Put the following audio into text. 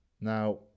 Now